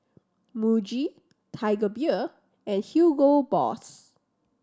Muji Tiger Beer and Hugo Boss